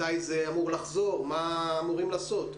מתי זה אמור לחזור ומה אמורים לעשות?